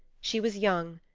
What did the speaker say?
she was young,